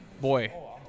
boy